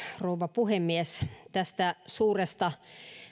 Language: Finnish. rouva puhemies tästä suuresta